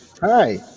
hi